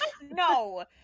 No